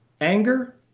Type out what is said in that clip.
Anger